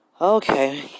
Okay